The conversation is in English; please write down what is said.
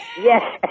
Yes